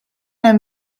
hemm